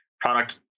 product